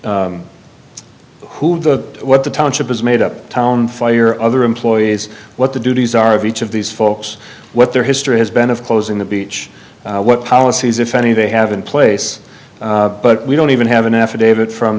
o what the township is made up town fire other employees what the duties are of each of these folks what their history has been of closing the beach what policies if any they have in place but we don't even have an affidavit from